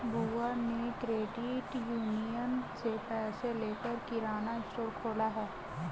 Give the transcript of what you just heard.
बुआ ने credit union से पैसे लेकर किराना स्टोर खोला है